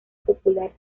popular